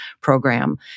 program